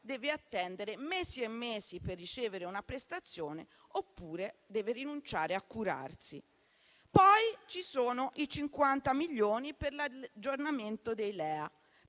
deve attendere mesi e mesi per ricevere una prestazione, oppure deve rinunciare a curarsi. Poi ci sono i 50 milioni per l'aggiornamento dei